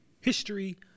history